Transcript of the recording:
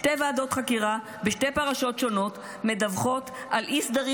שתי ועדות חקירה בשתי פרשות שונות מדווחות על אי-סדרים